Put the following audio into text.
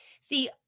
See